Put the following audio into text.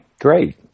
great